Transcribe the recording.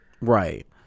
Right